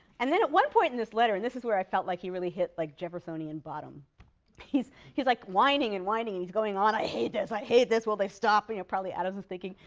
and then at one point in this letter and this is where i felt like he really hit like jeffersonian bottom he's he's like whining and whining and he's going on, i hate this. i hate this. will they stop probably adams was thinking,